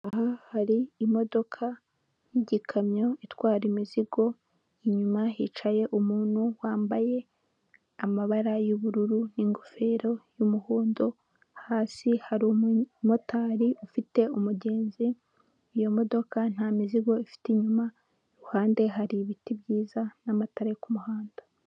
Aha hari imodoka y'igikamyo itwara imizigo, inyuma hicaye umuntu wambaye amabara y'ubururu n'ingofero y'umuhondo, hasi hari umumotari ufite umugenzi, iyo modoka nta mizigo ifite inyuma, iruhande hari ibiti byiza n'amatara yo ku muhanda.